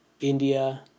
India